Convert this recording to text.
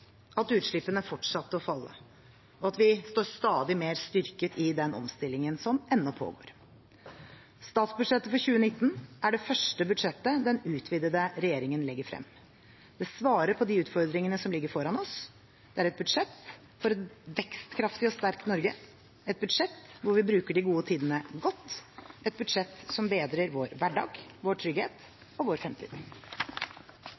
at utslippene fortsatte å falle, og at vi står stadig mer styrket i den omstillingen som ennå pågår. Statsbudsjettet for 2019 er det første budsjettet den utvidede regjeringen legger frem. Det svarer på de utfordringene som ligger foran oss. Det er et budsjett for et vekstkraftig og sterkt Norge. Det er et budsjett hvor vi bruker de gode tidene godt, et budsjett som bedrer vår hverdag, vår trygghet